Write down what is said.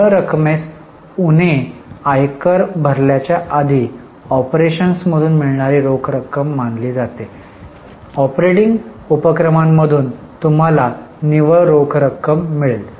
निव्वळ रकमेस उणे आयकर भरल्याच्या आधी ऑपरेशन्समधून मिळणारी रोख रक्कम मानली जाते ऑपरेटिंग उपक्रमांमधून तुम्हाला निव्वळ रोख रक्कम मिळेल